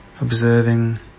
observing